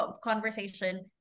conversation